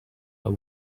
are